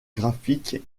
graphiques